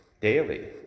daily